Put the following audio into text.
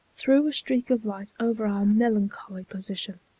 threw a streak of light over our melancholy position.